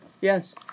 Yes